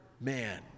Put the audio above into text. man